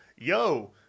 yo